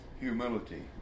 Humility